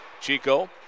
Chico